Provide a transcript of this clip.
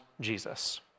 Jesus